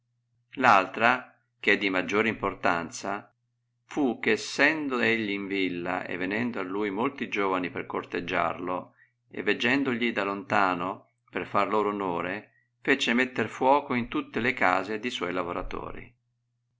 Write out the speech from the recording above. eh è di maggior importanza fu eh essendo egli in villa e venendo a lui molti giovani per corteggiarlo e veggendogli da lontano per far loro onore fece metter fuoco in tutte le case di suoi lavoratori